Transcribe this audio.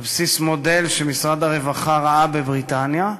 על בסיס מודל שמשרד הרווחה ראה בבריטניה,